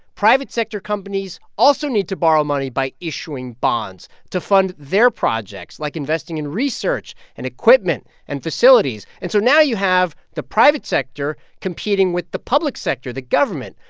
private sector companies also need to borrow money by issuing bonds to fund their projects, like investing in research and equipment and facilities. and so now you have the private sector competing with the public sector, the government,